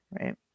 Right